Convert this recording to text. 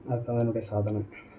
அதான் என்னுடைய சாதனை